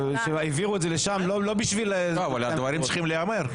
העבירו את זה לשם לא בשביל --- הדברים צריכים להיאמר.